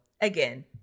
again